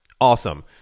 Awesome